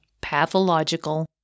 pathological